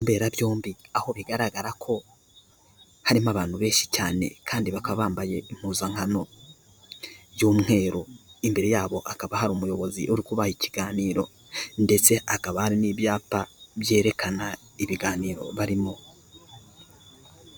Inzu mbera byombi, aho bigaragara ko harimo abantu benshi cyane kandi bakaba bambaye impuzankano y'umweru. Imbere yabo hakaba hari umuyobozi uri kuba ikiganiro, ndetse hakaba hari n'ibyapa byerekana ibiganiro barimo.